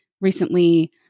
Recently